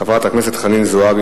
חברת הכנסת חנין זועבי.